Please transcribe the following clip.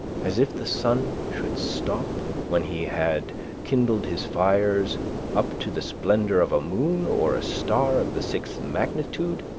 as if the sun should stop when he had kindled his fires up to the splendor of a moon or a star of the sixth magnitude,